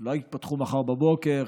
שאולי ייפתחו מחר בבוקר,